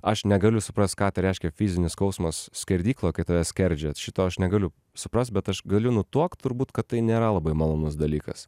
aš negaliu suprast ką tai reiškia fizinis skausmas skerdykloj kai tave skerdžia šito aš negaliu suprast bet aš galiu nutuokt turbūt kad tai nėra labai malonus dalykas